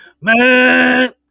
Man